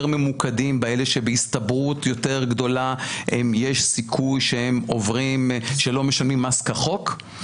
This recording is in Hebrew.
ממוקדים באלה שבהסתברות יותר גדולה יש סיכוי שהם עוברים על החוק,